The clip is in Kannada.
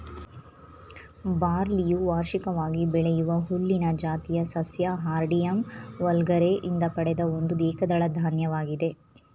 ಬಾರ್ಲಿಯು ವಾರ್ಷಿಕವಾಗಿ ಬೆಳೆಯುವ ಹುಲ್ಲಿನ ಜಾತಿಯ ಸಸ್ಯ ಹಾರ್ಡಿಯಮ್ ವಲ್ಗರೆ ಯಿಂದ ಪಡೆದ ಒಂದು ಏಕದಳ ಧಾನ್ಯವಾಗಿದೆ